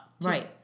Right